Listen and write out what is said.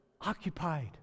occupied